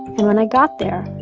and when i got there,